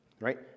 right